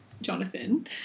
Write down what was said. Jonathan